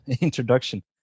introduction